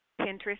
Pinterest